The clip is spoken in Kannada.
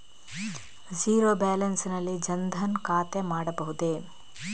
ಝೀರೋ ಬ್ಯಾಲೆನ್ಸ್ ನಲ್ಲಿ ಜನ್ ಧನ್ ಖಾತೆ ಮಾಡಬಹುದೇ?